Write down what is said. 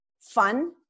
fun